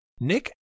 Nick